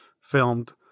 filmed